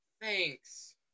thanks